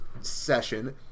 session